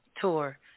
tour